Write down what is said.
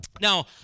Now